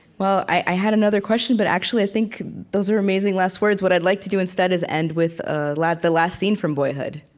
well, i had another question, but actually, i think those are amazing last words. what i'd like to do instead is end with ah the last scene from boyhood,